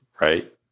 right